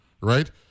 right